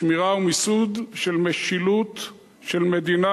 שמירה ומיסוד של משילות של מדינה